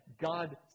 God